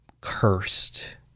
cursed